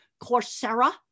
Coursera